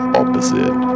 opposite